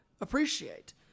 appreciate